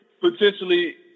potentially